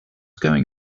going